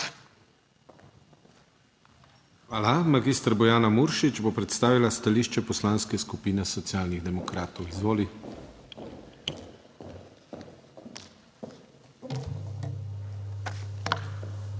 skupin. Magistra Bojana Muršič bo predstavila stališče Poslanske skupine Socialnih demokratov. Izvoli. **MAG.